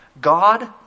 God